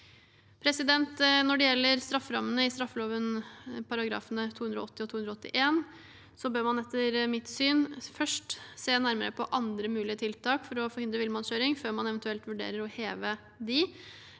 trafikken. Når det gjelder strafferammene i straffeloven § 280 og § 281, bør man etter mitt syn først se nærmere på andre mulige tiltak for å forhindre villmannskjøring – før man eventuelt vurderer å heve dem.